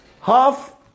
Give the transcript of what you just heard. half